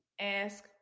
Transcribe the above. Ask